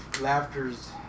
Laughter's